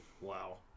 Wow